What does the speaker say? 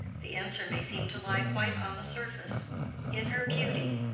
the answer may seem to lie quite on the surface in her beauty,